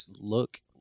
look